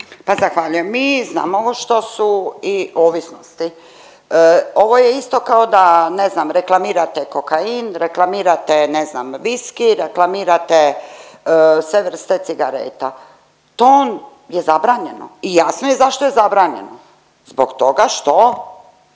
Zahvaljujem. Mi, znam ovo što su i ovisnosti, ovo je isto kao da ne znam reklamirate kokain, reklamirate ne znam viski, reklamirate sve vrste cigareta. To je zabranjeno i jasno je zašto je zabranjeno. Zbog toga što